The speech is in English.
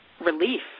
relief